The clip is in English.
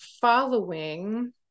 following